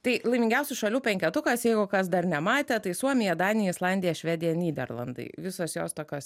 tai laimingiausių šalių penketukas jeigu kas dar nematė tai suomija danija islandija švedija nyderlandai visos jos tokios